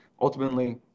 ultimately